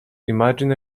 imagine